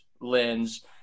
lens